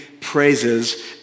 praises